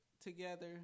together